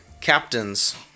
captain's